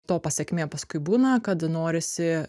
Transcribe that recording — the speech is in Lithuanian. to pasekmė paskui būna kad norisi